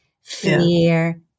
fear